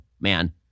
man